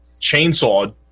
chainsaw